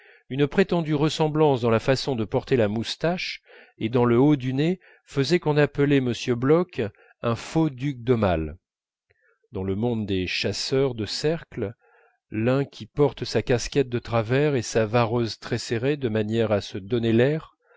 une prétendue ressemblance dans la façon de porter la moustache et dans le haut du nez faisait qu'on appelait m bloch un faux duc d'aumale dans le monde des chasseurs de cercle l'un porte sa casquette de travers et sa vareuse très serrée de manière à se donner l'air